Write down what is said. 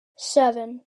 seven